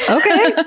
okay!